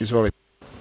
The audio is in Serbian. Izvolite.